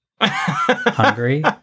Hungry